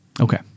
okay